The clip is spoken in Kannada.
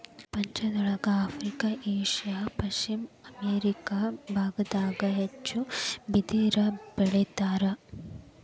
ಪ್ರಪಂಚದೊಳಗ ಆಫ್ರಿಕಾ ಏಷ್ಯಾ ಪಶ್ಚಿಮ ಅಮೇರಿಕಾ ಬಾಗದಾಗ ಹೆಚ್ಚ ಬಿದಿರ ಬೆಳಿತಾರ